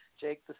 Jake